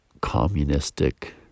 communistic